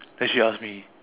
then she ask me